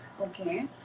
okay